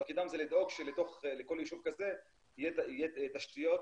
תפקידם זה לדאוג שלכל יישוב כזה יהיו תשתיות,